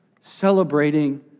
celebrating